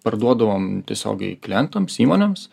parduodavom tiesiogiai klientams įmonėms